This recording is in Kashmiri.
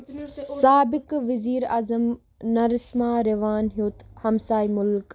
سابقہٕ ؤزیرٕ اعظم نرسما راون ہیٛوٚت ہمسایہِ مُلک